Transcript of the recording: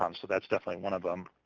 um so that's definitely one of them.